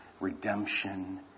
redemption